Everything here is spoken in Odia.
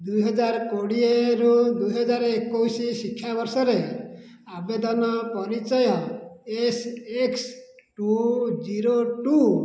ଦୁଇ ହଜାର କୋଡ଼ିଏରୁ ଦୁଇ ହଜାର ଏକୋଇଶୀ ଶିକ୍ଷାବର୍ଷରେ ଆବେଦନ ପରିଚୟ S X two zero two